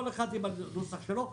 כל אחד עם הנוסח שלו,